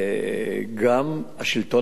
שגם השלטון המקומי,